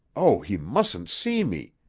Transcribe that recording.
oh, he mustn't see me!